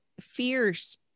fierce